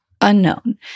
unknown